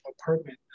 apartment